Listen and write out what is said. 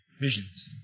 visions